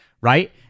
right